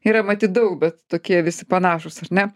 yra matyt daug bet tokie visi panašūs ar ne